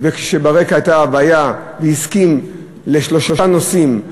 וכשברקע הייתה בעיה והסכים לשלושה נושאים,